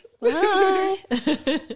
Bye